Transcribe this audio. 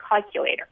calculator